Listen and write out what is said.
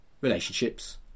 relationships